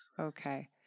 Okay